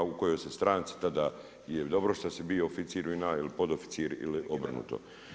U kojoj si stranci tada je dobro što si bio oficir u JNA ili podoficir ili obrnuto.